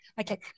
Okay